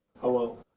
hello